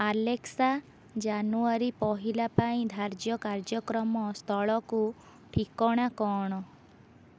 Alexa ଜାନୁୟାରୀ ପହିଲା ପାଇଁ ଧାର୍ଯ୍ୟ କାର୍ଯ୍ୟକ୍ରମ ସ୍ଥଳକୁ ଠିକଣା କ'ଣ